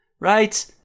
Right